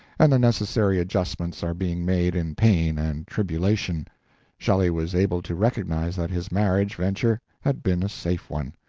and the necessary adjustments are being made in pain and tribulation shelley was able to recognize that his marriage venture had been a safe one.